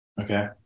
Okay